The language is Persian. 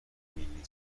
بینی